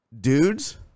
dudes